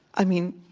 i mean,